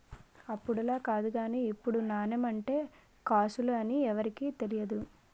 అప్పుడులా కాదు గానీ ఇప్పుడు నాణెం అంటే కాసులు అని ఎవరికీ తెలియదు